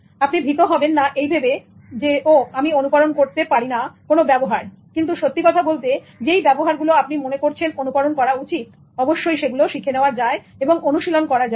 আপনি ভীত হবেন না এই ভেবে যে ও আমি অনুকরণ করে করতে পারিনা কোন ব্যবহার কিন্তু সত্যি কথা বলতে যেই ব্যবহারগুলো আপনি মনে করছেন অনুকরণ করা উচিত অবশ্যই সেগুলোর শিখে নেওয়া যায় এবং অনুশীলন করা যায়